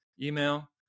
email